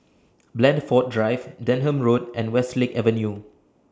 Blandford Drive Denham Road and Westlake Avenue